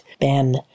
Ben